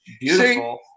Beautiful